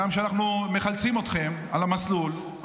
גם כשאנחנו מחלצים אתכם על המסלול,